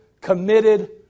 committed